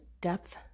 depth